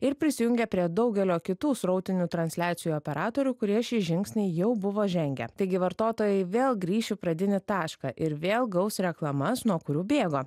ir prisijungę prie daugelio kitų srautinių transliacijų operatorių kurie šį žingsnį jau buvo žengę taigi vartotojai vėl grįš į pradinį tašką ir vėl gaus reklamas nuo kurių bėgo